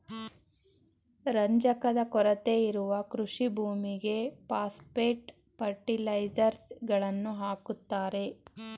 ರಂಜಕದ ಕೊರತೆ ಇರುವ ಕೃಷಿ ಭೂಮಿಗೆ ಪಾಸ್ಪೆಟ್ ಫರ್ಟಿಲೈಸರ್ಸ್ ಗಳನ್ನು ಹಾಕುತ್ತಾರೆ